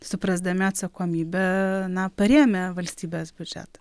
suprasdami atsakomybę na parėmė valstybės biudžetą